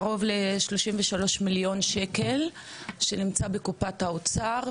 קרוב ל- 33 מיליון שקל שנמצא בקופת האוצר,